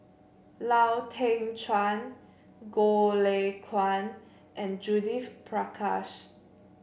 Lau Teng Chuan Goh Lay Kuan and Judith Prakash